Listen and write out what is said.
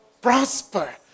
prosper